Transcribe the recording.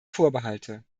vorbehalte